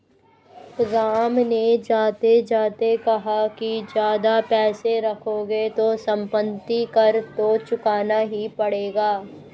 राम ने जाते जाते कहा कि ज्यादा पैसे रखोगे तो सम्पत्ति कर तो चुकाना ही पड़ेगा